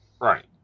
right